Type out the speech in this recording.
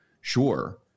sure